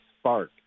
spark